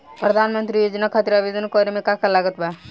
प्रधानमंत्री योजना खातिर आवेदन करे मे का का लागत बा?